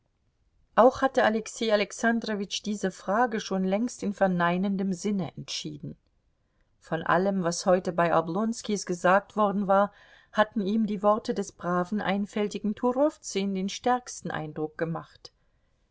auch hatte alexei alexandrowitsch diese frage schon längst in verneinendem sinne entschieden von allem was heute bei oblonskis gesagt worden war hatten ihm die worte des braven einfältigen turowzün den stärksten eindruck gemacht